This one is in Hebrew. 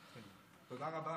תודה רבה